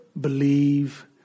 believe